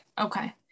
Okay